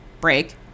break